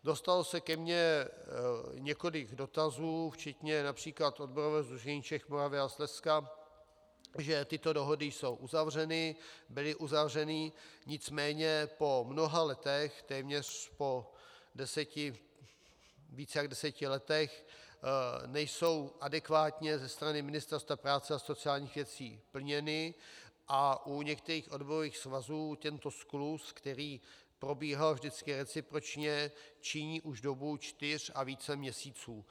Dostalo se ke mně několik dotazů včetně například Odborového sdružení Čech, Moravy a Slezska, že tyto dohody jsou uzavřeny, byly uzavřeny, nicméně po mnoha letech, téměř po víc jak deseti letech, nejsou adekvátně ze strany Ministerstva práce a sociálních věcí plněny a u některých odborových svazů tento skluz, který probíhal vždycky recipročně, činí už dobu čtyř a více měsíců.